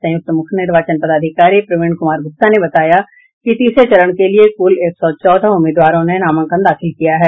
संयुक्त मुख्य निर्वाचन पदाधिकारी प्रवीण कुमार गुप्ता ने बताया कि तीसरे चरण के लिए कुल एक सौ चौदह उम्मीदवारों ने नामांकन दाखिल किया है